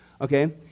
okay